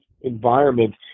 environment